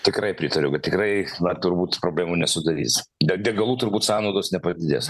tikrai pritariu kad tikrai na turbūt problemų nesudarys deg degalų turbūt sąnaudos nepadidės